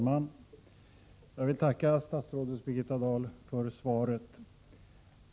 Herr talman! Jag vill tacka statsrådet Birgitta Dahl för svaret.